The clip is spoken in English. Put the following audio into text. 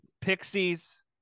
Pixies